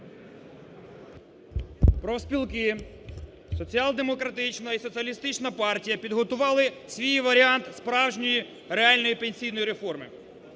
Профспілки, Соціал-демократична і Соціалістична партія підготували свій варіант справжньої реальної пенсійної реформи.